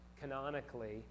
canonically